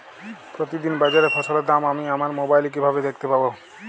প্রতিদিন বাজারে ফসলের দাম আমি আমার মোবাইলে কিভাবে দেখতে পাব?